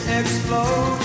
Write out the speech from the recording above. explode